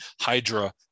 Hydra